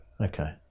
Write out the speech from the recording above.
Okay